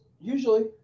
usually